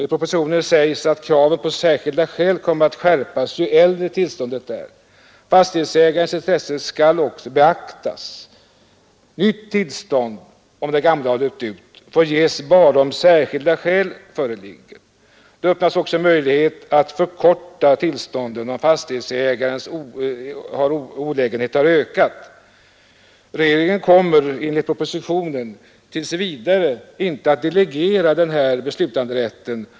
I propositionen sägs vidare att kraven på särskilda skäl kommer att skärpas ju äldre tillståndet är. Fastighetsägarens intresse skall också beaktas. Nytt tillstånd, om det gamla har löpt ut, får ges bara om särskilda skäl föreligger. Det öppnas också möjlighet att förkorta tillståndet om fastighetsägarens olägenhet har ökat. För att skapa en fast praxis kommer regeringen enligt propositionen tills vidare inte att delegera den här beslutanderätten.